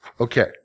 Okay